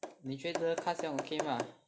你觉得 ka xiang okay mah